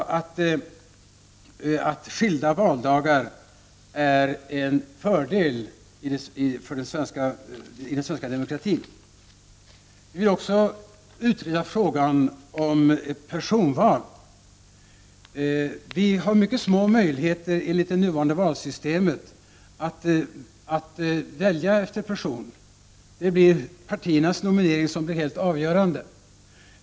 Skilda valdagar vore en fördel i den svenska demokratin. Vi vill också utreda frågan om personval. Enligt det nuvarande valsystemet har vi mycket små möjligheter att välja efter person. Partiernas nominering blir helt avgörande.